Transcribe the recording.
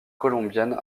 colombienne